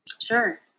Sure